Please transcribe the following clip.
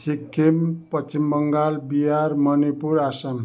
Sikkim Paschim Bangal Bihar Manipur Assam